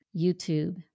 YouTube